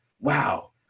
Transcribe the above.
Wow